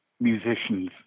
musicians